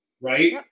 right